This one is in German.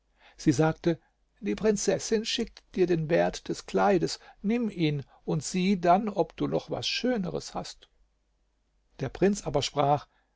sie sagte die prinzessin schickt dir den wert des kleides nimm ihn und sieh dann ob du noch was schöneres hast der prinz aber sprach